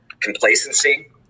complacency